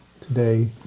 today